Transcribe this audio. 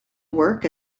work